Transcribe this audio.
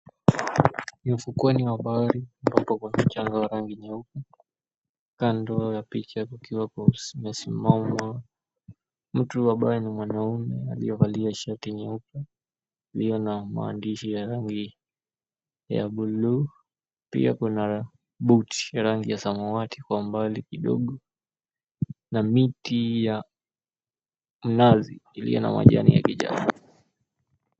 Ni ufukoni wa bahari ndipo kuna changa ya rangi nyeupe. Kando ya picha kukiwa kumesimama mtu ambaye ni mwanaume aliyevaa shati nyeupe iliyo na maandishi ya rangi ya blue pia kuna buti ya rangi ya samawati kwa mbali kidogo na miti ya mnazi iliyo na majani ya kijani.